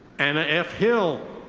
anna f. hill.